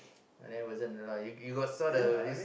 but then wasn't you you got saw the this